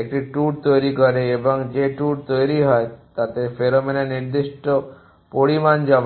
একটি ট্যুর তৈরি করে এবং যে ট্যুর তৈরি হয় তাতে ফেরোমোনের নির্দিষ্ট পরিমাণ জমা করে